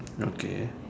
okay